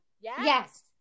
Yes